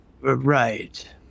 Right